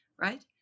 right